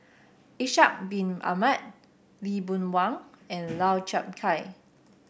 Ishak Bin Ahmad Lee Boon Wang and Lau Chiap Khai